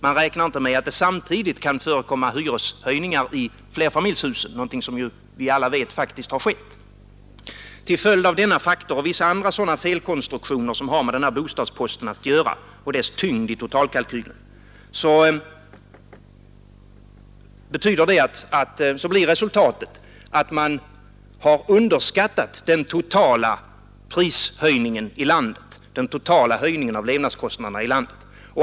Man tänker inte på att det samtidigt kan förekomma hyreshöjningar i flerfamiljshusen, något som vi alla vet faktiskt har skett. Till följd av denna faktor och vissa andra felkonstruktioner som har med bostadsposten att göra och dess tyngd i totalkalkylen har man underskattat den totala höjningen av levnadskostnaderna i landet.